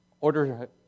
order